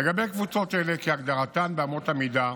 לגבי קבוצות אלה, כהגדרתן באמות המידה,